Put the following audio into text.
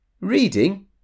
Reading